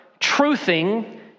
truthing